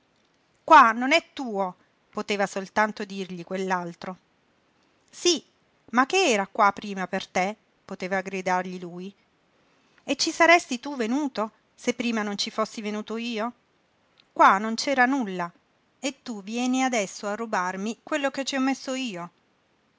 qua non è tuo poteva soltanto dirgli quell'altro sí ma che era qua prima per te poteva gridargli lui e ci saresti tu venuto se prima non ci fossi venuto io qua non c'era nulla e tu vieni adesso a rubarmi quello che ci ho messo io